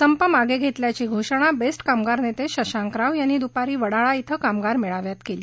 संप मागे घेतल्याची घोषणा बेस्ट कामगार नेते शशांक राव यांनी दुपारी वडाळा इथं कामगार मेळाव्यात केली